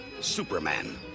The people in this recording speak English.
Superman